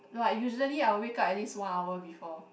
like usually I will wake up at least one hour before